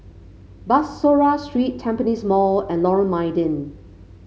Bussorah Street Tampines Mall and Lorong Mydin